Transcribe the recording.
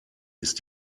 ist